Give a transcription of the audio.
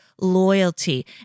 loyalty